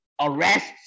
arrests